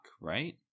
right